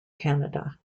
canada